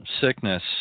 sickness